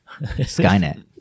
Skynet